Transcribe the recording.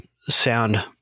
sound